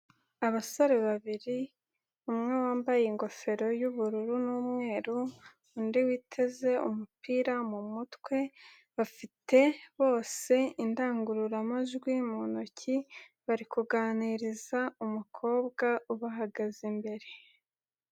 Abasore babiri, umwe wambaye ingofero y'ubururu n'umweru, undi witeze umupira mu mutwe, bafite bose indangururamajwi mu ntoki, bari kuganiriza umukobwa ubahagaze imbere.